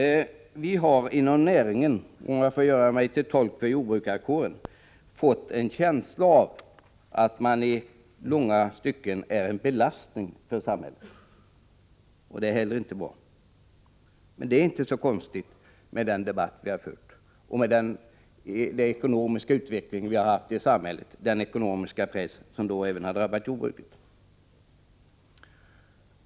Vi har inom näringen — om jag får göra mig till tolk för jordbrukarkåren — fått en känsla av att vi i långa stycken är en belastning för samhället. Det är heller inte bra. Men det är inte så konstigt efter den debatt som förts och med den ekonomiska utvecklingen i samhället, vilken drabbat även jordbruket.